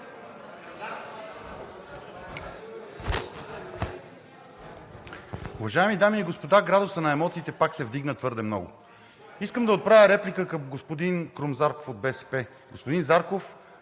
Уважаеми дами и господа! Градусът на емоциите пак се вдигна твърде много. Искам да отправя реплика към господин Крум Зарков от БСП. Господин Зарков,